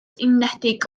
unedig